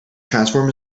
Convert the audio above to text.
transform